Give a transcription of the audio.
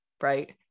right